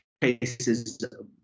cases